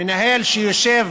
מנהל שיושב